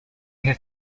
have